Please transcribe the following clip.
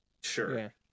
sure